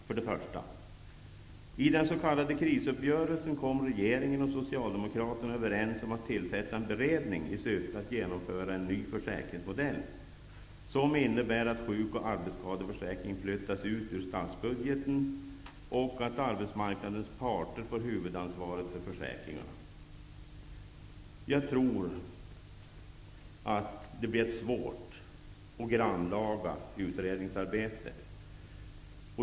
För det första: I den s.k. krisuppgörelsen kom regeringen och Socialdemokraterna överens om att tillsätta en beredning i syfte att genomföra en ny försäkringsmodell, som innebär att sjuk och arbetsskadeförsäkringen flyttas ut ur statsbudgeten och att arbetsmarknadens parter får huvudansvaret för försäkringarna. Jag tror att det blir ett svårt och grannlaga utredningsarbete.